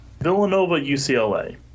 Villanova-UCLA